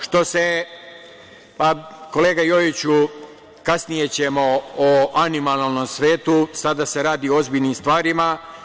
Što se, molim vas kolega Jojiću, kasnije ćemo o animalnom svetu, sada se radi o ozbiljnim stvarima.